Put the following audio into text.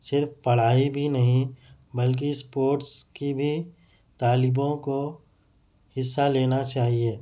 صرف پڑھائی بھی نہیں بلکہ اسپورٹس کی بھی طالبوں کو حصہ لینا چاہیے